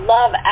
Love